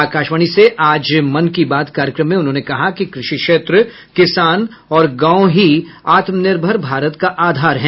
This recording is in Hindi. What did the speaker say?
आकाशवाणी से आज मन की बात कार्यक्रम में उन्होंने कहा कि कृषि क्षेत्र किसान और गांव ही आत्मनिर्भर भारत का आधार हैं